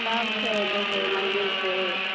सब छै देखै मन्दिर छै